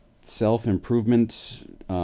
self-improvement